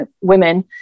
women